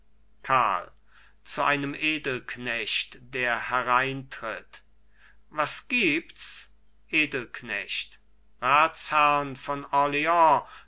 zu einem edelknecht der hereintritt was gibts edelknecht ratsherrn von